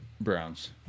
Browns